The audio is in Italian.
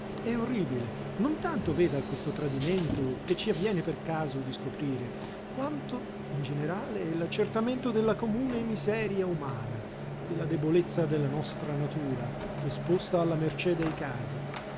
è orribile non tanto veda questo tradimento che ci avviene per caso di scoprire quanto in generale l'accertamento della comune miseria umana della debolezza della nostra natura esposta alla mercé dei casi